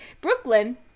Brooklyn